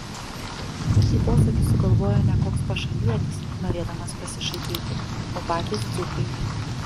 šį posakį sugalvojo ne koks pašalietis norėdamas pasišaipyti o patys dzūkai